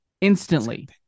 Instantly